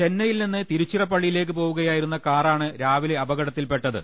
ചെന്നൈയിൽനിന്ന് തിരുച്ചിറപ്പള്ളിയിലേക്ക് പോവുകയായിരുന്ന കാറാണ് രാവിലെ അപകടത്തിൽപ്പെട്ടത്